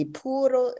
puro